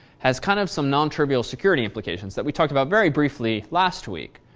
has kind of some non-trivial security implications that we talked about very briefly last week.